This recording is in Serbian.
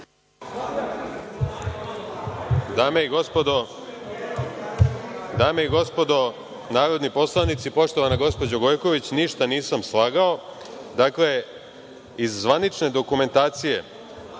Dame i gospodo narodni poslanici, poštovana gospođo Gojković, ništa nisam slagao. Iz zvanične dokumentacije